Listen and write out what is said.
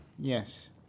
Yes